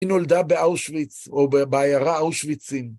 היא נולדה באושוויץ, או בעיירה אושוויינצ'ים